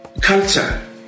culture